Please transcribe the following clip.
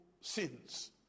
sins